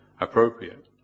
appropriate